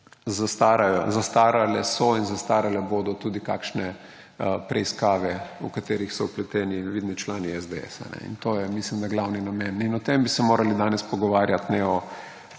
Zastarale so in zastarale bodo tudi kakšne preiskave, v katerih so vpleteni vidni člani SDS, in to je, mislim, da glavni namen. In o tem bi se morali danes pogovarjati, ne o